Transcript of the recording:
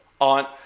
On